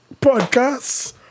podcast